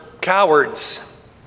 cowards